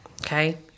Okay